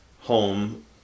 home